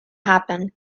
happen